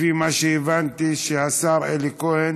לפי מה שהבנתי, שהשר אלי כהן